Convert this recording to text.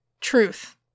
Truth